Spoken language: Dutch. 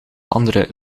andere